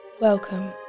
Welcome